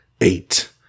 EIGHT